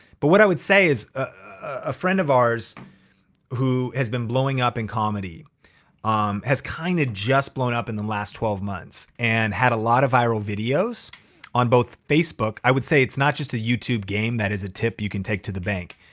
but what i would say is, a friend of ours who has been blowing up in comedy um has kind of just blown up in the last twelve months and had a lot of viral videos on both facebook. i would say it's not just a youtube game that is a tip you can take to the bank.